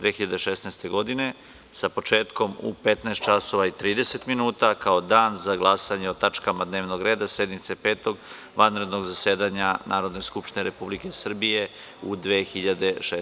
2016. godine, sa početkom u 15 časova i 30 minuta, kao Dan za glasanje o tačkama dnevnog reda sednice Petog vanrednog zasedanja Narodne skupštine Republike Srbije u 2016.